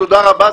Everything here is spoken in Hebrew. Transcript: תודה רבה.